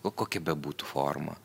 o kokia bebūtų forma